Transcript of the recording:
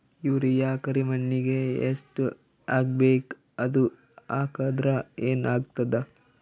Urea ಕರಿಮಣ್ಣಿಗೆ ಎಷ್ಟ್ ಹಾಕ್ಬೇಕ್, ಅದು ಹಾಕದ್ರ ಏನ್ ಆಗ್ತಾದ?